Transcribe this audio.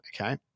Okay